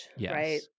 right